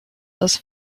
das